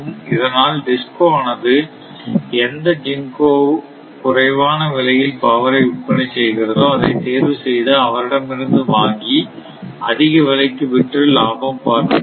இதனால் DISCO ஆனது எந்த GENCO குறைவான விலையில் பவரை விற்பனை செய்கிறதோ அதைத் தேர்வு செய்து அவரிடமிருந்து வாங்கி அதிக விலைக்கு விற்று லாபம் பார்க்க முடியும்